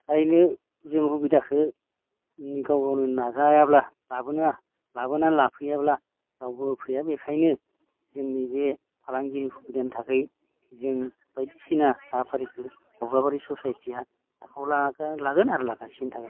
फ्रायनो जों सुबिदाखो गाव गावनो नाजायाब्ला लाबोना लाफैयाब्ला रावबो होफैया बेखायनो जोंनि बे फालांगिनि सुबिदानि थाखै जों बायदिसिना हाबाफारिखो कख्लाबारि ससाइटिया आखायाव लागोन आरो लागासिनो थागोन